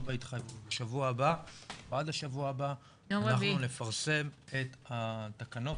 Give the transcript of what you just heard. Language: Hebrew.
בהתחייבות ועד לשבוע הבא אנחנו נפרסם את התקנות,